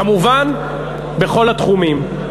כמובן בכל התחומים.